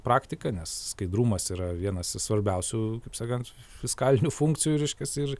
praktika nes skaidrumas yra vienas iš svarbiausių kaip sakant fiskalinių funkcijų reiškias ir